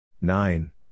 nine